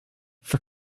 for